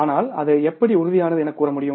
ஆனால் அது எப்படி உறுதியானது என கூறமுடியும்